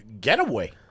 getaway